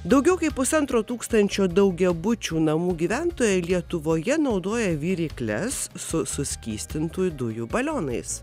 daugiau kaip pusantro tūkstančio daugiabučių namų gyventojai lietuvoje naudoja virykles su suskystintųjų dujų balionais